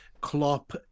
Klopp